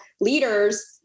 leaders